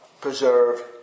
preserve